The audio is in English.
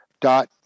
dot